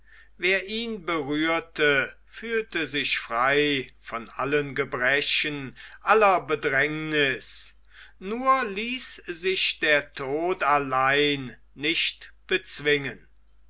wer ihn berührte fühlte sich frei von allen gebrechen aller bedrängnis nur ließ sich der tod allein nicht bezwingen